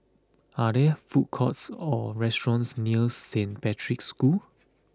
are there food courts or restaurants near Saint Patrick's School